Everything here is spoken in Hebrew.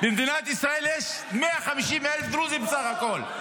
במדינת ישראל יש 150,000 דרוזים בסך הכול.